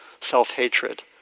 self-hatred